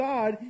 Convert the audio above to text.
God